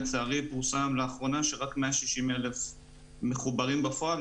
לצערי פורסם לאחרונה שרק 161,000 מחוברים בפועל